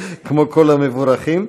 כמו כל המבורכים.